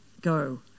go